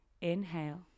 inhale